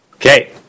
Okay